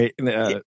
right